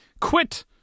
quit